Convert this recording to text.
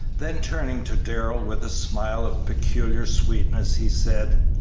then turning to darrell with a smile of peculiar sweetness, he said,